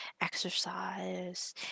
exercise